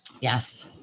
Yes